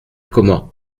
comment